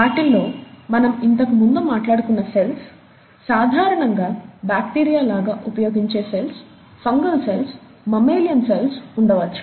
వాటిల్లో మనం ఇంతకు ముందు మాట్లాడుకున్న సెల్స్ సాధారణంగా బాక్టీరియా లాగా ఉపయోగించే cells fungal cells mammalian cells ఉండవచ్చు